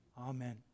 Amen